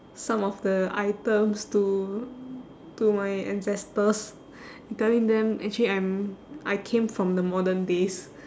some of the items to to my ancestors telling them actually I'm I came from the modern days